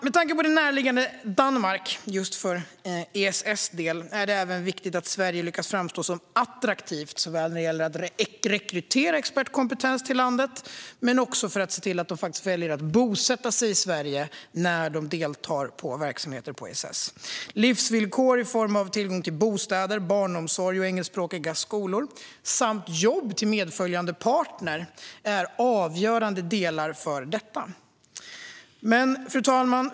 Med tanke på närheten till Danmark är det för ESS del viktigt att Sverige lyckas framstå som attraktivt inte bara när det gäller att rekrytera expertkompetens till landet utan också när det gäller att få dem att vilja bosätta sig i Sverige när de deltar i verksamheter vid ESS. Livsvillkor i form av tillgång till bostäder, barnomsorg och engelskspråkiga skolor samt jobb till medföljande partner är avgörande delar för detta.